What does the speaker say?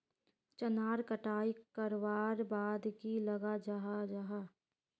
चनार कटाई करवार बाद की लगा जाहा जाहा?